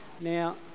Now